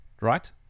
right